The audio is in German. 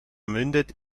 mündet